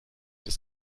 des